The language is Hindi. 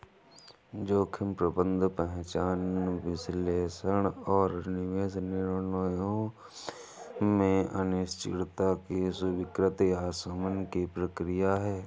जोखिम प्रबंधन पहचान विश्लेषण और निवेश निर्णयों में अनिश्चितता की स्वीकृति या शमन की प्रक्रिया है